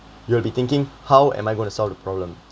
you will be thinking how am I going to solve the problem